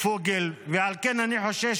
איך אני אסמוך